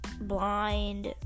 blind